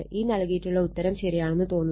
ഈ നൽകിയിട്ടുള്ള ഉത്തരം ശരിയാണെന്ന് തോന്നുന്നു